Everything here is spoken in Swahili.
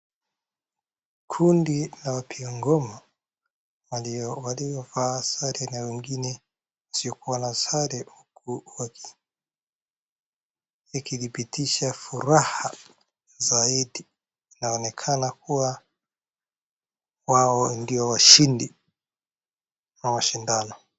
Kundi la wapiga ngoma waliovaa sare na wengine wasio kuwa na sare huku ikidhibitisha furaha zaidi. Inaonekana kuwa wao ndio washindi wa mashindano.